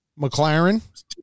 McLaren